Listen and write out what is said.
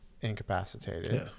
incapacitated